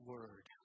Word